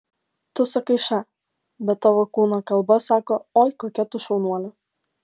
tu sakai ša bet tavo kūno kalba sako oi kokia tu šaunuolė